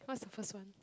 what's the first one